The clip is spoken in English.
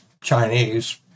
Chinese